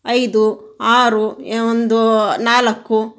ಐದು ಆರು ಯ ಒಂದು ನಾಲ್ಕು